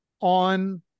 on